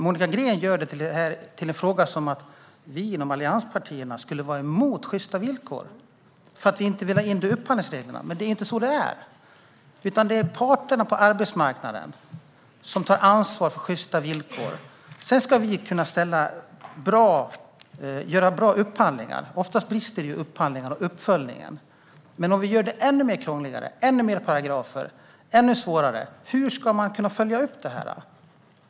Monica Green gör det här till en fråga om att vi i allianspartierna skulle vara emot sjysta villkor för att vi inte vill ha in detta i upphandlingsreglerna. Det är inte så det är. Det är parterna på arbetsmarknaden som tar ansvar för sjysta villkor. Sedan ska vi kunna göra bra upphandlingar. Oftast brister det i upphandlingarna och i uppföljningen. Men om vi gör det ännu krångligare och svårare och inför ännu fler paragrafer - hur ska man då kunna följa upp det?